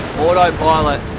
autopilot,